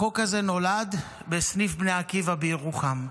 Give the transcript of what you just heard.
החוק הזה נולד בסניף בני עקיבא בירוחם.